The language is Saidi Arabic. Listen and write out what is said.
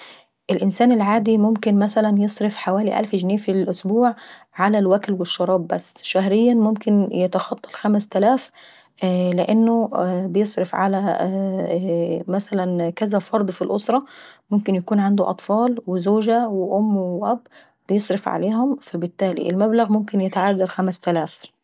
الانسان العادي ممكن مثلا يصرف حوالي الف جنيه في الأسبوع ع الوكل والشراب بس. شهريا ممكن يتخطى الخمستلاف لانه بيصرف على مثلا كذا فرد ف الاسرة ممكن يكون عنده أطفال وزوجة وام واب بيصرف عليهم. فالتالي المبلغ ممكن يتعدى الخمستلاف.<صوت رنين الجرس>